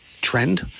trend